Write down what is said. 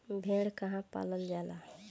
भेड़ काहे पालल जाला?